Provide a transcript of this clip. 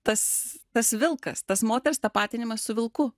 tas tas vilkas tas moters tapatinimas su vilku